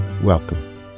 Welcome